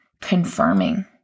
confirming